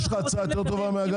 יש לך הצעה יותר טובה מהגז?